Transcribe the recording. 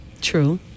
True